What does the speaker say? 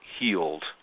healed